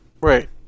Right